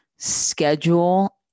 schedule